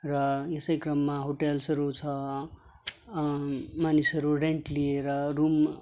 र यसै क्रममा होटेल्सहरू छ मानिसहरू रेन्ट लिएर रुम